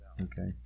okay